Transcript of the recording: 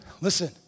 Listen